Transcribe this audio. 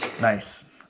Nice